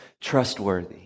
trustworthy